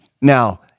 Now